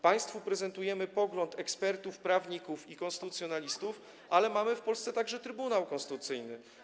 Prezentujemy państwu pogląd ekspertów, prawników i konstytucjonalistów, ale mamy w Polsce także Trybunał Konstytucyjny.